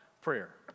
prayer